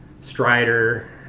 Strider